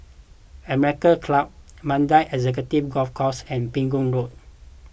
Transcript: American Club Mandai Executive Golf Course and Pegu Road